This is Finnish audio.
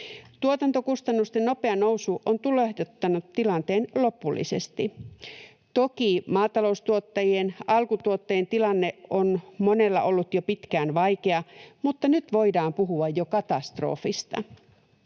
Tuotantokustannusten nopea nousu on tulehduttanut tilanteen lopullisesti. Toki monien maataloustuottajien, alkutuottajien, tilanne on ollut jo pitkään vaikea, mutta nyt voidaan puhua jo katastrofista.